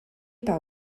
par